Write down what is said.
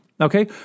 Okay